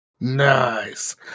Nice